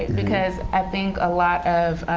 because i think a lot of